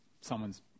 someone's